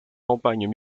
campagnes